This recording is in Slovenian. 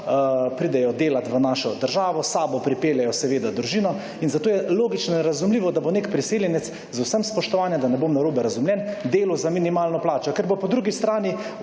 pridejo delati v našo državo, s seboj pripeljejo seveda družino. In zato je logično razumljivo, da bo nek priseljenec, z vsem spoštovanjem, da ne bom narobe razumljen, delal za minimalno plačo, ker bo po drugi strani